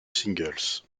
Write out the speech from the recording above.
singles